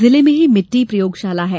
जिले में ही भिट्टी प्रयोगशाला है